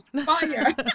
Fire